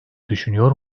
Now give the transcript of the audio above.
düşünüyor